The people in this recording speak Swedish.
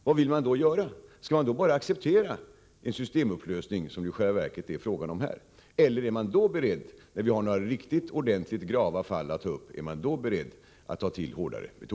Skall man då bara acceptera en systemupplösning, som det i själva verket är fråga om här, eller är man beredd att ta till hårdare metoder i verkligt grava fall?